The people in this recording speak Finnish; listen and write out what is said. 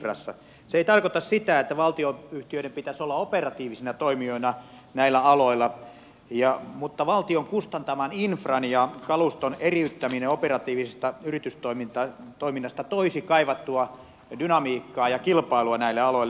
se ei tarkoita sitä että valtionyhtiöiden pitäisi olla operatiivisina toimijoina näillä aloilla mutta valtion kustantaman infran ja kaluston eriyttäminen operatiivisesta yritystoiminnasta toisi kaivattua dynamiikkaa ja kilpailua näille aloille